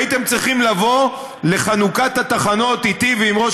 הייתם צריכים לבוא לחנוכת התחנות איתי ועם ראש